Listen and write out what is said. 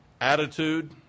Attitude